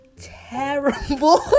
terrible